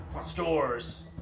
stores